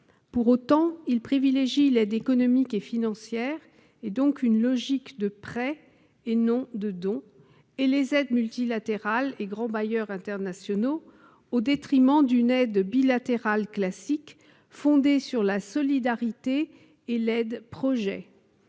Pour autant, il privilégie l'aide économique et financière- donc une logique de prêts et non de dons -, et les aides multilatérales, ainsi que les grands bailleurs internationaux au détriment d'une aide bilatérale classique fondée sur la solidarité et l'aide-projet.